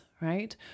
right